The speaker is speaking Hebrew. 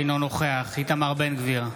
אינו נוכח איתמר בן גביר,